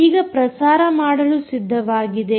ಈಗ ಇದು ಪ್ರಸಾರ ಮಾಡಲು ಸಿದ್ಧವಾಗಿದೆ